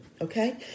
Okay